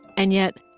and yet,